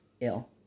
ill